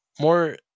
more